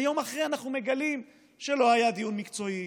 ויום אחרי כן אנחנו מגלים שלא היה דיון מקצועי,